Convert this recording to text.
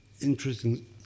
interesting